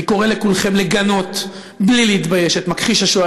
אני קורא לכולכם לגנות בלי להתבייש את מכחיש השואה